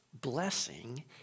blessing